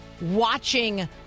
watching